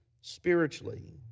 spiritually